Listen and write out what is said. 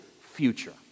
future